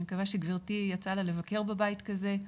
אני מקווה שגברתי יצא לה לבקר בבית כזה,